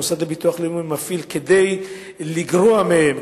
המוסד לביטוח לאומי מפעיל כדי לגרוע מהם,